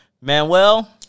Manuel